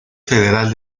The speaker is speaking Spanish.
federal